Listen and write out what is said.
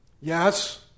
Yes